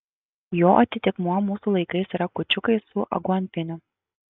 jo atitikmuo mūsų laikais yra kūčiukai su aguonpieniu